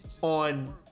On